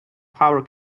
power